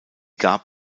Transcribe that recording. gab